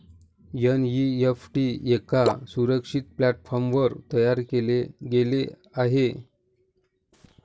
NEFT एका सुरक्षित प्लॅटफॉर्मवर तयार केले गेले आहे